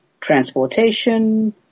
Transportation